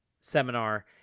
seminar